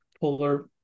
polar